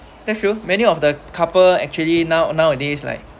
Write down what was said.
that's true many of the couple actually now nowadays like